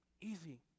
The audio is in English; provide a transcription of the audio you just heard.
Easy